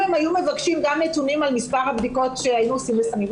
אם הם היו מבקשים גם נתונים על מספר הבדיקות שעושים לסמים,